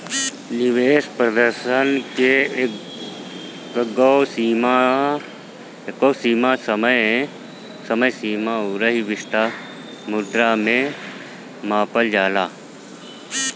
निवेश प्रदर्शन के एकगो समय सीमा अउरी विशिष्ट मुद्रा में मापल जाला